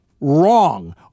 wrong